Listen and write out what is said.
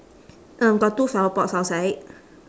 um got two flower pots outside